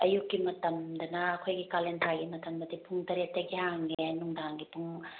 ꯑꯌꯨꯛꯀꯤ ꯃꯇꯝꯗꯅ ꯑꯩꯈꯣꯏꯒꯤ ꯀꯥꯂꯦꯟ ꯊꯥꯒꯤ ꯃꯇꯝꯗꯗꯤ ꯄꯨꯡ ꯇꯔꯦꯠꯇꯒꯤ ꯍꯥꯡꯉꯦ ꯅꯨꯡꯗꯥꯡꯒꯤ ꯄꯨꯡ